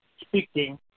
speaking